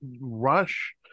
rush